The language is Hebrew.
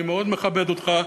אני מאוד מכבד אותך,